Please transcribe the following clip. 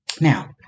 Now